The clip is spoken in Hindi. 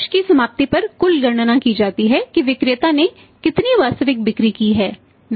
वर्ष की समाप्ति पर कुल गणना की जाती है कि विक्रेता ने कितनी वास्तविक बिक्री की है